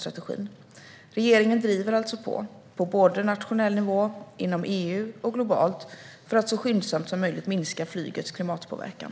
Regeringen driver alltså på såväl på nationell nivå som inom EU och globalt för att så skyndsamt som möjligt minska flygets klimatpåverkan.